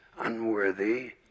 unworthy